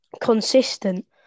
consistent